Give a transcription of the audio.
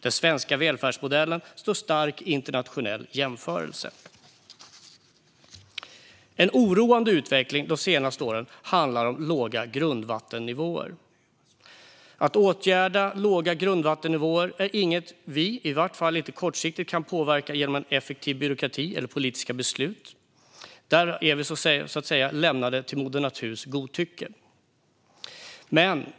Den svenska välfärdsmodellen står stark i internationell jämförelse. En oroande utveckling de senaste åren handlar om låga grundvattennivåer. Att åtgärda låga grundvattennivåer är inget vi kortsiktigt kan påverka genom en effektiv byråkrati eller politiska beslut. Där är vi så att säga utlämnade till moder naturs godtycke.